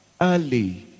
early